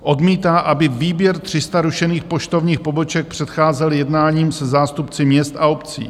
Odmítá, aby výběr 300 rušených poštovních poboček předcházel jednáním se zástupci měst a obcí.